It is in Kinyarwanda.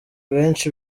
benshi